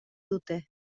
dute